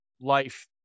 life